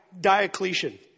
Diocletian